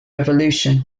revolution